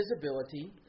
visibility